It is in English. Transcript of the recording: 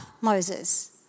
Moses